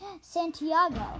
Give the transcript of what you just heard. Santiago